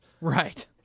Right